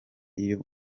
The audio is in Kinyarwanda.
iyo